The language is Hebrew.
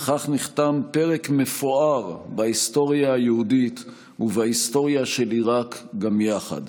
וכך נחתם פרק מפואר בהיסטוריה היהודית ובהיסטוריה של עיראק גם יחד.